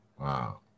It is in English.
Wow